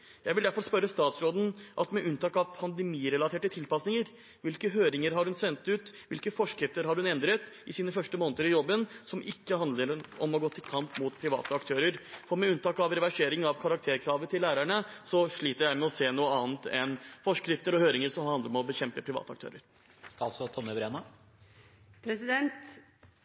Jeg vil derfor spørre statsråden: Med unntak av pandemirelaterte tilpasninger – hvilke høringer har hun sendt ut, og hvilke forskrifter har hun endret i sine første måneder i jobben, som ikke handler om å gå til kamp mot private aktører? For med unntak av reversering av karakterkravet til lærerne sliter jeg med å se noe annet enn forskrifter og høringer som handler om å bekjempe private aktører.